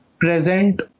present